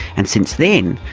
and, since then,